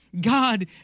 God